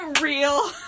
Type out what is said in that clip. real